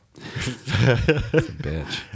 bitch